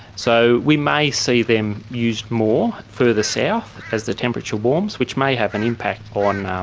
so we may see them used more further south as the temperature warms, which may have an impact on um